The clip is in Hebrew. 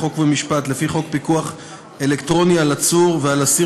חוק ומשפט לפי חוק פיקוח אלקטרוני על עצור ועל אסיר